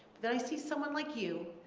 then i see someone like you.